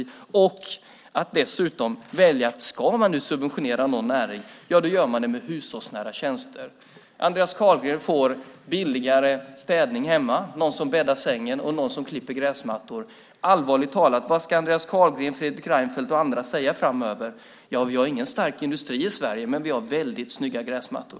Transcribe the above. Dessutom är det så att ska man nu välja att subventionera någon näring, ja då väljer man hushållsnära tjänster. Andreas Carlgren får billigare städning hemma, någon som bäddar sängen och någon som klipper gräsmattorna. Allvarligt talat: Vad ska Andreas Carlgren, Fredrik Reinfeldt och andra säga framöver? Ja, vi har ingen stark industri i Sverige, men vi har väldigt snygga gräsmattor!